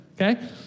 okay